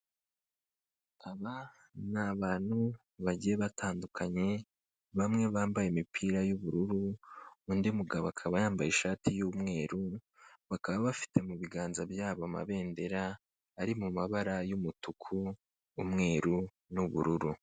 Aba ni abantu bagiye batandukanye, bamwe bambaye imipira y'ubururu, undi mugabo akaba yambaye ishati y'umweru, bakaba bafite mu biganza byabo amabendera ari mu mabara y'umutuku n'umweru n'ubururu.